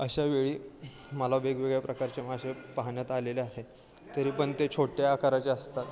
अशा वेळी मला वेगवेगळ्या प्रकारचे मासे पाहण्यात आलेले आहे तरी पण ते छोट्या आकाराचे असतात